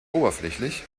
oberflächlich